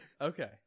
Okay